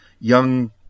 young